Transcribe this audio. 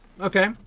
okay